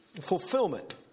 Fulfillment